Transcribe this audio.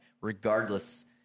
regardless